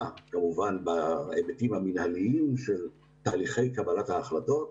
כמובן בהיבטים המינהליים של תהליכי קבלת ההחלטות,